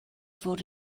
fod